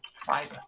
fiber